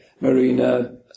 Marina